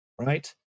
right